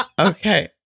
Okay